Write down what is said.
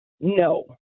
no